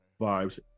vibes